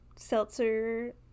seltzer